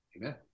Amen